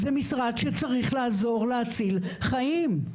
זה משרד שצריך לעזור להציל חיים.